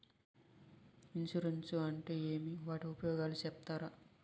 Insurance అంటే ఏమి? వాటి ఉపయోగాలు సెప్తారా?